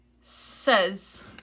Says